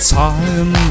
time